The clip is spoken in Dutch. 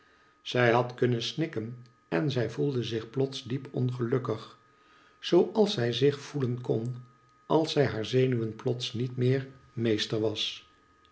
zij had kunnen snikken en zij voelde zich plots diep ongelukkig zoo als zij zich voelen kon als zij haar zenuwen plots niet meer meester was